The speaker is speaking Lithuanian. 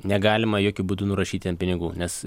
negalima jokiu būdu nurašyti ant pinigų nes